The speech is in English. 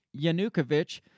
Yanukovych